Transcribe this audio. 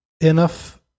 enough